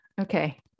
okay